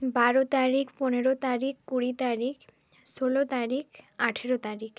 বারো তারিখ পনেরো তারিখ কুড়ি তারিখ ষোলো তারিখ আঠেরো তারিখ